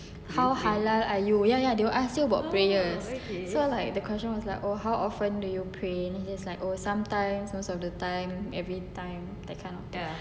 how halal are you ya ya they will ask you about prayers so like the question was oh like how often do you pray then there is like sometimes most of the time everytime that kind of thing